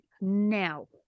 now